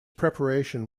preparation